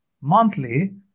Monthly